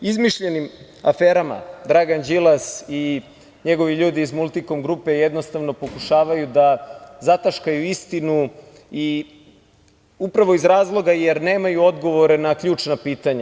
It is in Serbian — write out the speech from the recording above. Izmišljenim aferama Dragan Đilas i njegovi ljudi iz Multikom grupe jednostavno pokušavaju da zataškaju istinu, a upravo iz razloga jer nemaju odgovore na ključna pitanja.